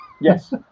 yes